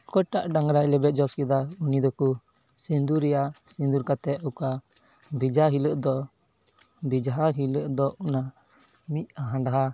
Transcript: ᱚᱠᱚᱭᱴᱟᱜ ᱰᱟᱝᱨᱟᱭ ᱞᱮᱵᱮᱫ ᱡᱚᱥ ᱠᱮᱫᱟ ᱩᱱᱤ ᱫᱚᱠᱚ ᱥᱤᱸᱫᱩᱨᱮᱭᱟ ᱥᱤᱸᱫᱩᱨ ᱠᱟᱛᱮᱫ ᱚᱠᱟ ᱵᱷᱮᱡᱟ ᱦᱤᱞᱳᱜ ᱫᱚ ᱵᱮᱡᱷᱟ ᱦᱤᱞᱳᱜ ᱫᱚ ᱚᱱᱟ ᱢᱤᱫ ᱦᱟᱸᱰᱷᱟ